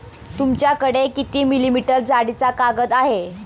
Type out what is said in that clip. तुमच्याकडे किती मिलीमीटर जाडीचा कागद आहे?